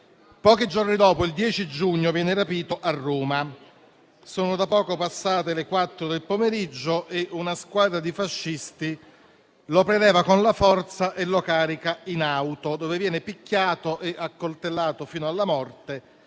Pochi giorni dopo, il 10 giugno, viene rapito a Roma. Sono da poco passate le quattro del pomeriggio, una squadra di fascisti lo preleva con la forza e lo carica in auto, dove viene picchiato e accoltellato fino alla morte,